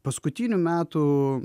paskutinių metų